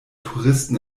touristen